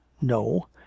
No